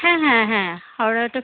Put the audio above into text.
হ্যাঁ হ্যাঁ হ্যাঁ হাওড়া এটা